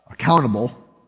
Accountable